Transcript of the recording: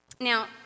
Now